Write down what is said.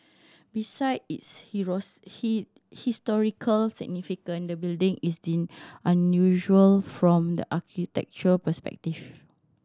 beside its he historical significance the building is deemed unusual from the architectural perspective